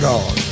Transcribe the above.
God